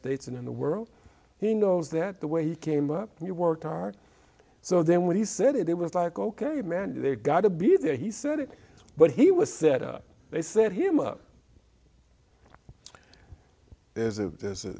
states and in the world he knows that the way you came up you worked hard so then when he said it it was like ok amanda they got to be there he said it but he was set up they set him up there's a th